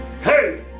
hey